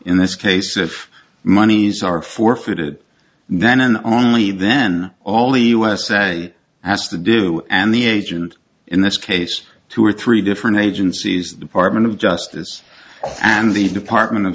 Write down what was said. in this case if monies are forfeited then on leave then all the usa has to do and the agent in this case two or three different agencies department of justice and the department of